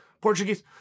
Portuguese